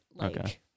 okay